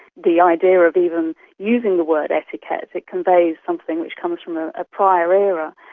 the idea of even using the word etiquette, it conveys something which comes from a ah prior era.